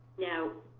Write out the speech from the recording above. now,